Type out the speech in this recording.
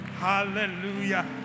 Hallelujah